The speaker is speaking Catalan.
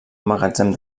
magatzem